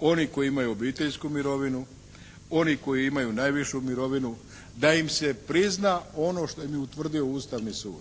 One koji imaju obiteljsku mirovine, oni koji imaju najvišu mirovinu, da im se prizna ono što im je utvrdio Ustavni sud.